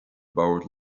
bord